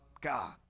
God